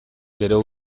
gero